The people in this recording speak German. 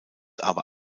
aber